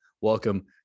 welcome